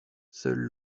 seule